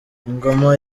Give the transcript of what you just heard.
ingoma